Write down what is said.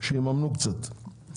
שיממנו קצת.